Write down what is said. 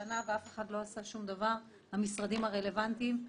כמעט שנה ואף אחד מהמשרדים הרלוונטיים לא עשה דבר.